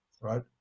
right